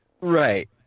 Right